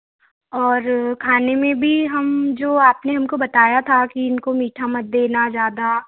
और खाने में भी हम जो आपने हमको बताया था कि इनको मीठा मत देना ज़्यादा